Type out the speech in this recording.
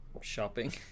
shopping